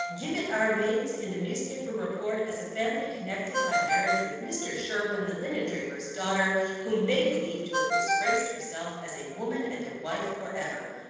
gibbet our names in the newspaper report, as a family connected by marriage with mr. sherwin the linen-draper's daughter, whom they believe to have disgraced herself as a woman and a wife for ever.